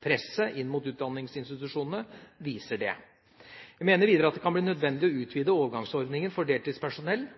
Presset inn mot utdanningsinstitusjonene viser det. Jeg mener videre at det kan bli nødvendig å utvide overgangsordningen for deltidspersonell,